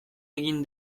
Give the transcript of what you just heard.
egin